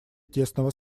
тесного